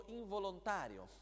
involontario